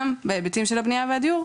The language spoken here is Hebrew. גם בהיבטים של הבנייה והדיור,